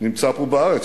נמצא פה בארץ.